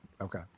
Okay